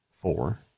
four